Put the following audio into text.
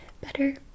better